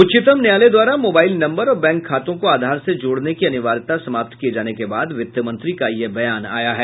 उच्चतम न्यायालय द्वारा मोबाईल नम्बर और बैंक खातों को आधार से जोड़ने की अनिवार्यता समाप्त किये जाने के बाद वित्त मंत्री का यह बयान आया है